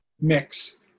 mix